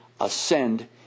ascend